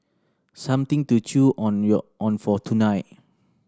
something to chew on on for tonight